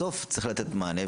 בסוף צריך לתת מענה,